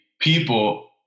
people